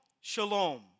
shalom